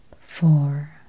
Four